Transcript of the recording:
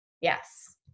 Yes